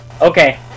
Okay